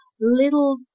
little